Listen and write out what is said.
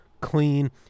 clean